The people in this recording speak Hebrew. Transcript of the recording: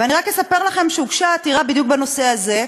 ורק אספר לכם שהוגשה עתירה בדיוק בנושא הזה,